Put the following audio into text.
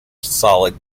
solid